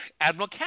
Admiral